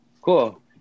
Cool